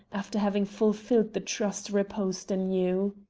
after having fulfilled the trust reposed in you.